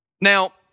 Now